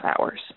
hours